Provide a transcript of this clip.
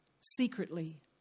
secretly